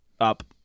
up